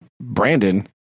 Brandon